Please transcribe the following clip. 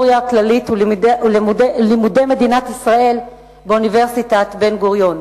בחוג להיסטוריה כללית ולימודי מדינת ישראל באוניברסיטת בן-גוריון.